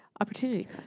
opportunity